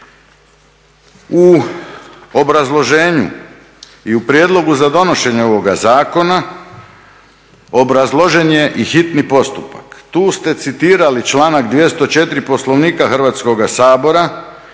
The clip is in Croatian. U obrazloženju i u prijedlogu za donošenje ovoga zakona obrazložen je i hitan postupak, tu ste citirali članak 204. Poslovnika Hrvatskoga sabora